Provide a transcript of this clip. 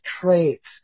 traits